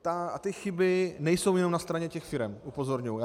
A ty chyby nejsou jenom na straně těch firem, upozorňuji.